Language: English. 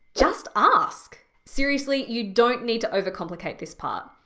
just ask. seriously, you don't need to over-complicate this part.